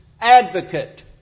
advocate